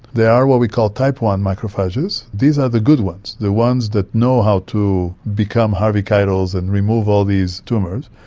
there are what we call type one macrophages, these are the good ones, the ones that know how to become harvey keitels and remove all these tumours,